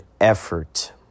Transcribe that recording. effort